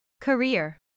Career